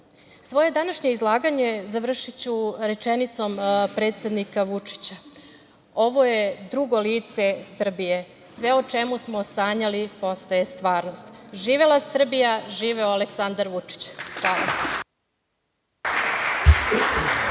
vrati. Svoje današnje izlaganje završiću rečenicom predsednika Vučića – ovo je drugo lice Srbije. Sve o čemu smo sanjali postaje stvarnost. Živela Srbija, živeo Aleksandar Vučić. Hvala.